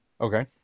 okay